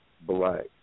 Black